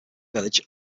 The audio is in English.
village